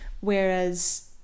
whereas